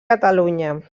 catalunya